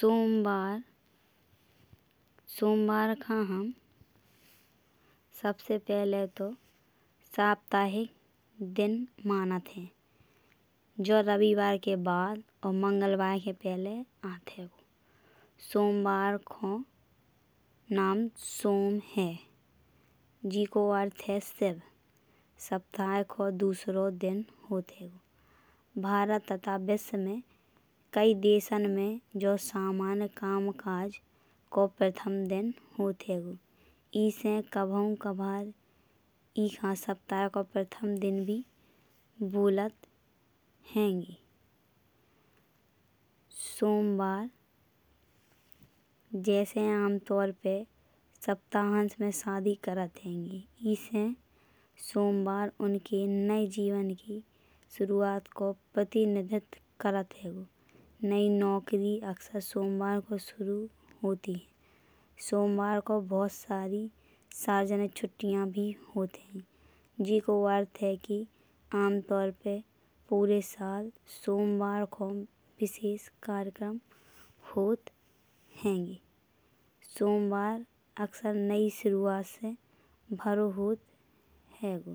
सोमवार सोमवार का हम सबसे पहिले तो साप्ताहिक दिन मानत हैं। जो रविवार के बाद और मंगलवार के पहिले आठ हईंगो। सोमवार को नाम सोम है। जेको अर्थ हैब शिव सप्ताह को दुसरो दिन होत है। भारत तथा विश्व में कई देशन में जो सामान्य कामकाज को प्रथम दिन होत हईंगो। इसे कबहु कभी ई हर सप्ताह को प्रथम दिन भी बोलत हैंगे। सोमवार जैसे आमतौर पे सप्ताहां में शादी करत हैंगे। इसे सोमवार उनके नये जीवन की शुरुआत को प्रतिनिधित्व करत हईंगो। नई नौकरी अक्सर सोमवार को शुरू होत हैंगी। सोमवार को बहुत सारी सार्वजनिक छुट्टियां भी होतों जेको अर्थ है। कि आमतौर पे पूरे साल सोमवार को विशेष कार्यक्रम होत हईंगो। सोमवार अक्सर नई शुरूआत से भरो होत हईंगो।